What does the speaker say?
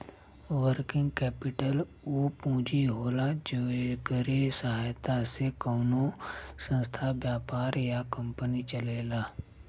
working capital उ पूंजी होला जेकरे सहायता से कउनो संस्था व्यापार या कंपनी चलेला